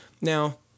Now